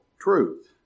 truth